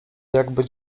jakby